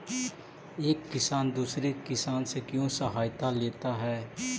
एक किसान दूसरे किसान से क्यों सहायता लेता है?